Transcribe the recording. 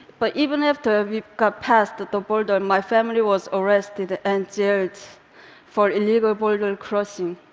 but even after we got past the border, my family was arrested and jailed for illegal border crossing.